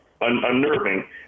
Unnerving